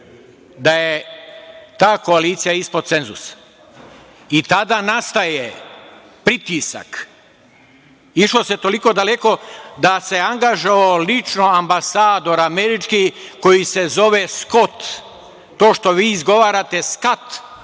da je ta koalicija ispod cenzusa. I tada nastaje pritisak. Išlo se toliko daleko da se angažovao lično ambasador američki koji se zove Skot. To što vi izgovarate Skat